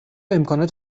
امکانات